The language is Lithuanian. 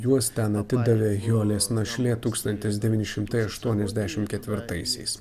juos ten atidavė hiolės našlė tūkstantis devyni šimtai aštuoniasdešimt ketvirtaisiais